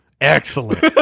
Excellent